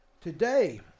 Today